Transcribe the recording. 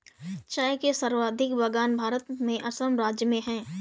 चाय के सर्वाधिक बगान भारत में असम राज्य में है